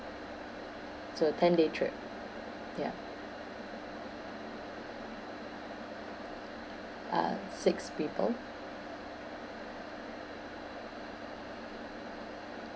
so ten day trip yup uh six people